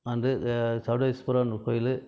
வந்து அ சௌடேஸ்வரர் கோயில்